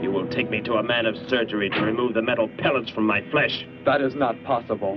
you will take me to a man of surgery turn to the metal pellets from my flesh that is not possible